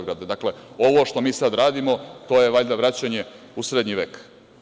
Dakle, ovo što mi sada radimo, to je valjda vraćanje u srednji vek.